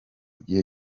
gihe